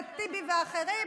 זה טיבי ואחרים,